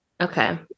Okay